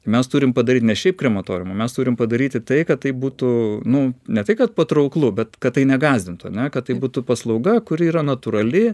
mes turim padaryt ne šiaip krematoriumą mes turime padaryti tai kad tai būtų nu ne tai kad patrauklu bet kad tai negąsdintų ane kad tai būtų paslauga kuri yra natūrali